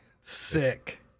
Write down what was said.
Sick